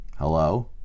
hello